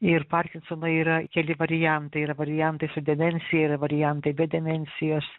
ir parkinsono yra keli variantai yra variantai su demencija yra variantai be demencijos